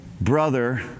brother